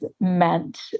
meant